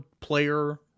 player